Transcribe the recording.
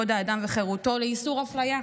כבוד האדם וחירותו לאיסור אפליה.